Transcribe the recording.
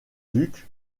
duc